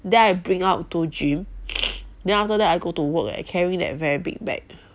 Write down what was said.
then I bring out to gym then after that I go to work eh carry that very big bag